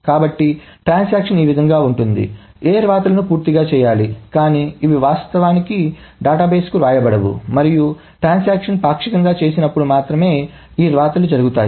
కాబట్టి ట్రాన్సాక్షన్ ఈ విధంగా ఉంటుంది ఏ వ్రాతలును పూర్తి చేయాలి కానీ ఇవి వాస్తవానికి డేటాబేస్కు వ్రాయబడవు మరియు ట్రాన్సాక్షన్ పాక్షికంగా చేసినప్పుడు మాత్రమే ఈ వ్రాత లు జరుగుతాయి